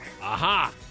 Aha